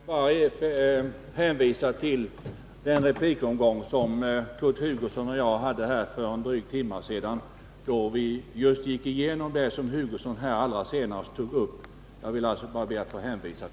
Fru talman! Jag vill bara hänvisa till den replikomgång som Kurt Hugosson och jag hade för en dryg timme sedan, då vi gick igenom det som Kurt Hugosson tog upp nu senast.